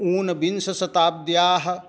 ऊनविंशशताब्द्याः